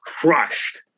crushed